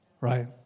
Right